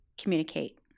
communicate